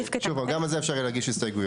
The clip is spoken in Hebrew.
ושוב, גם על זה ניתן יהיה להגיש הסתייגויות.